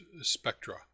spectra